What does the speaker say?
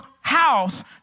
house